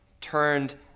turned